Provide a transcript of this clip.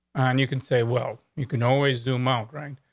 and you can say, well, you can always do amount right,